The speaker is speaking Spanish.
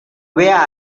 vea